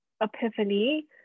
epiphany